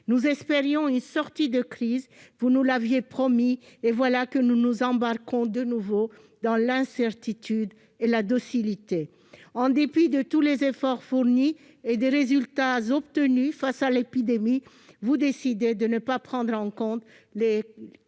Nous espérions une sortie de crise, vous nous l'aviez promis, madame la ministre, et voilà que nous nous embarquons de nouveau dans l'incertitude et la docilité. En dépit de tous les efforts fournis et des résultats obtenus face à l'épidémie, vous décidez de ne pas prendre en compte les contestations